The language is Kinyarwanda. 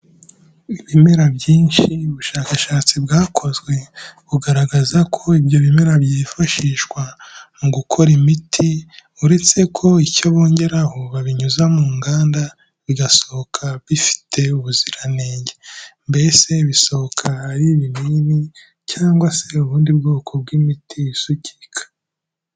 Ibimera byinshi, ubushakashatsi bwakozwe bugaragaza ko ibyo bimera byifashishwa mu gukora imiti uretse ko icyo bongeraho babinyuza mu nganda bigasohoka bifite ubuziranenge. Mbese bisohoka ari ibinini cyangwa se ubundi bwoko bw'imiti isukika.